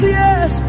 yes